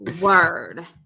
word